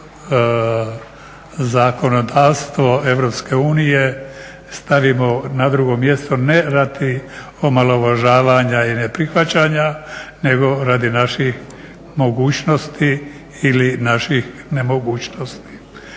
a da zakonodavstvo Europske unije stavimo na drugo mjesto ne radi omalovažavanje i neprihvaćanja nego radi naših mogućnosti ili naših nemogućnosti.